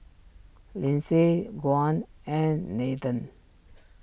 Lyndsay Juan and Nathen